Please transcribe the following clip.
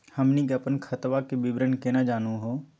हमनी के अपन खतवा के विवरण केना जानहु हो?